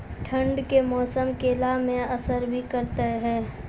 ठंड के मौसम केला मैं असर भी करते हैं?